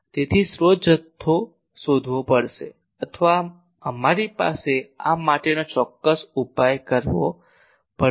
તેથી સ્રોત જથ્થો શોધવા પડશે અથવા અમારી પાસે આ માટેનો ચોક્કસ ઉપાય કરવો પડશે